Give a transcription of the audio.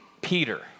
Peter